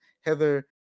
Heather